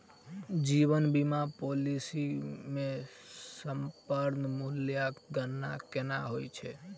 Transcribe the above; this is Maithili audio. जीवन बीमा पॉलिसी मे समर्पण मूल्यक गणना केना होइत छैक?